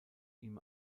ihm